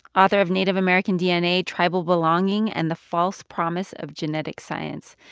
author of native american dna tribal belonging and the false promise of genetic science,